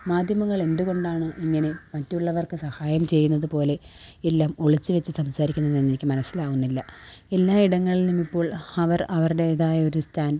മാധ്യമങ്ങള് എന്തുകൊണ്ടാണ് ഇങ്ങനെ മറ്റുള്ളവര്ക്ക് സഹായം ചെയ്യുന്നത് പോലെ എല്ലാം ഒളിച്ചു വെച്ചു സംസാരിക്കുന്നതെന്ന് എനിക്ക് മനസ്സിലാവുന്നില്ല എല്ലാ ഇടങ്ങളില് നിന്നും ഇപ്പോള് അവര് അവരുടേതായ ഒരു സ്റ്റാന്റ്